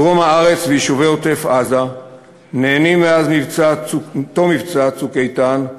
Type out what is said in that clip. דרום הארץ ויישובי עוטף-עזה נהנים מאז תום מבצע "צוק איתן"